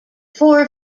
four